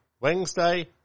Wednesday